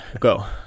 go